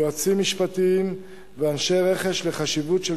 יועצים משפטיים ואנשי רכש לחשיבות של